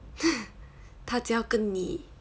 他只要跟你